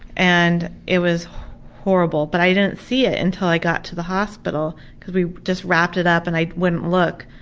and it was horrible, but i didn't see it until i got to the hospital cause we just wrapped it up and i wouldn't look.